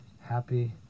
happy